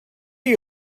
you